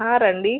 రండి